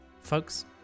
Folks